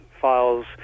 files